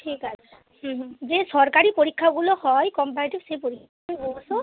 ঠিক আছে হুম হুম যে সরকারি পরীক্ষাগুলো হয় কমপ্যারেটিভ সেই পরীক্ষায় বসো